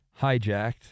hijacked